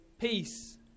peace